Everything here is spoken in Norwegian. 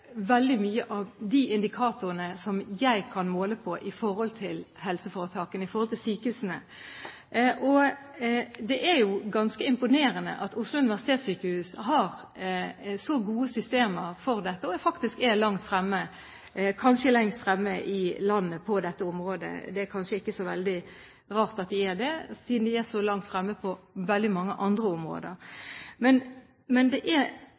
veldig mye av de indikatorene som jeg kan måle etter, i forhold til helseforetakene, i forhold til sykehusene. Det er jo ganske imponerende at Oslo universitetssykehus har så gode systemer for dette, og faktisk er langt fremme, kanskje lengst fremme i landet på dette området. Det er kanskje ikke så veldig rart at de er det, siden de er så langt fremme på veldig mange andre områder. Men det er